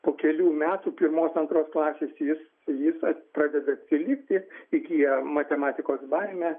po kelių metų pirmos antros klasės jis visad pradeda atsilikti įgyjamatematikos baimę